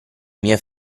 mie